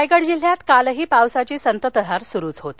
रायगड जिल्ह्यात कालही पावसाची संततधार सुरूच होती